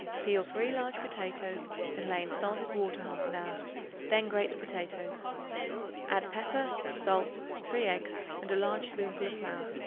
peel three large potatoes and lay in salted water half an hour then grate the potatoes add pepper, salt, three eggs and a large spoonful of flour.